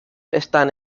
están